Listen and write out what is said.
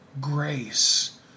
grace